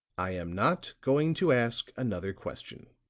i am not going to ask another question.